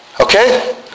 Okay